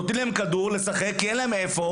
נותנים להם כדור לשחק כי אין להם איפה.